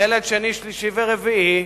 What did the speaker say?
ילד שני, שלישי ורביעי.